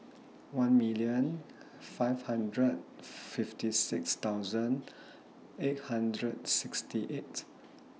one million five hundred fifty six thousand eight hundred sixty eight